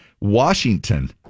Washington